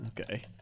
Okay